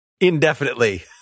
indefinitely